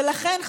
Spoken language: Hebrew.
ולכן,